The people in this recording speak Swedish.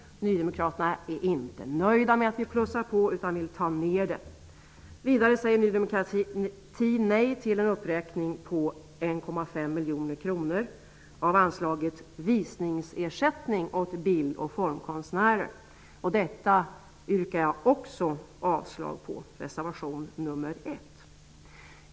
Nydemokraterna är inte nöjda med att vi plussar på utan vill minska anslaget. Vidare säger miljoner kronor av anslaget Visningsersättning till bild och formkonstnärer. Jag yrkar avslag också på reservation 1.